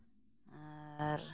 ᱟᱨ